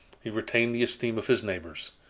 he retained the esteem of his neighbors.